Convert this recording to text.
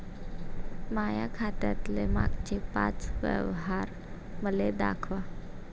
माया खात्यातले मागचे पाच व्यवहार मले दाखवा